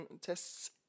tests